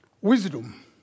Wisdom